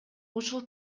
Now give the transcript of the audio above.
ушул